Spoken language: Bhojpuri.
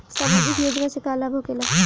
समाजिक योजना से का लाभ होखेला?